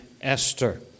Esther